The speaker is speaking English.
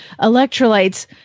electrolytes